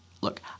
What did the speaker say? Look